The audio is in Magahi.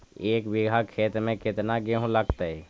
एक बिघा खेत में केतना गेहूं लगतै?